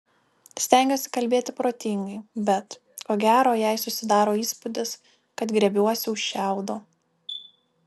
stengiuosi kalbėti protingai bet ko gero jai susidaro įspūdis kad griebiuosi už šiaudo